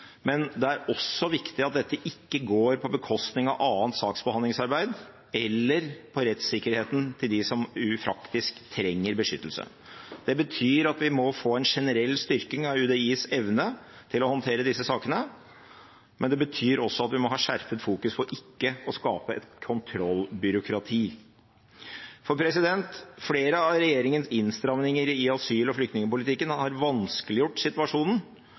men det er også viktig at dette ikke går på bekostning av annet saksbehandlingsarbeid eller av rettssikkerheten til dem som faktisk trenger beskyttelse. Det betyr at vi må få en generell styrking av UDIs evne til å håndtere disse sakene, men det betyr også at vi må skjerpe fokuseringen på ikke å skape et kontrollbyråkrati. Flere av regjeringens innstramninger i asyl- og flyktningpolitikken har vanskeliggjort situasjonen